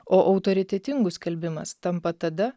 o autoritetingų skelbimas tampa tada